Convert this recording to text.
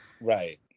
Right